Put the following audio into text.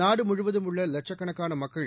நாடுமுழுவதும் உள்ள வட்க்கணக்கான மக்கள்